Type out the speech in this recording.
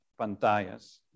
pantallas